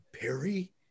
Perry